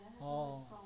orh